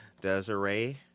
Desiree